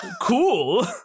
cool